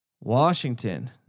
Washington